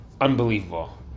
unbelievable